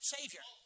Savior